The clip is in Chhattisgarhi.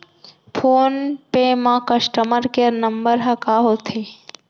फोन पे म कस्टमर केयर नंबर ह का होथे?